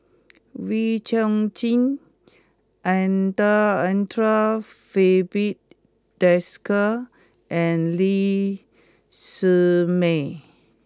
Wee Chong Jin Anda Andre Filipe Desker and Lee Shermay